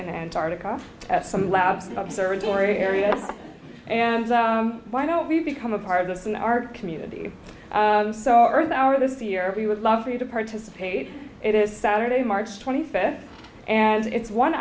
in antartica at some labs observatory area and why don't we become a part of the scene art community so earth hour this year we would love for you to participate it is saturday march twenty fifth and it's one